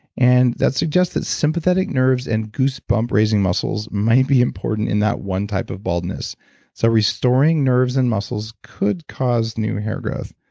and that suggests that sympathetic nerves and goose bump-raising muscles may be important in that one type of baldness so restoring nerves and muscles could cause new hair growth.